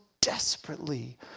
desperately